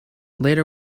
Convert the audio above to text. later